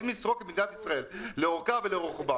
אם נסרוק את מדינת ישראל לאורכה ולרוחבה,